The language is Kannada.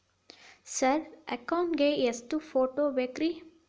ಸರ್ ಅಕೌಂಟ್ ಗೇ ಎಷ್ಟು ಫೋಟೋ ಬೇಕ್ರಿ?